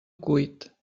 cuit